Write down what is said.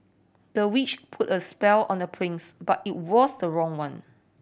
the witch put a spell on the prince but it was the wrong one